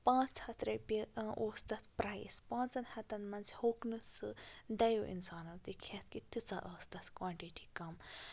پانٛژھ ہَتھ رۄپیہِ اوس تَتھ پرایِس پانٛژَن ہَتَن منٛز ہیوٚک نہٕ سُہ دۄیو اِنسانَو تہِ کھیٚتھ کہِ تیٖژاہ ٲس تَتھ کانٹِٹی کَم